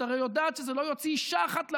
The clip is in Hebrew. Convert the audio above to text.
את הרי יודעת שזה לא יוציא אישה אחת לעבודה,